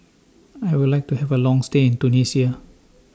I Would like to Have A Long stay in Tunisia